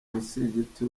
umusigiti